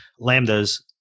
lambdas